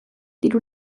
diru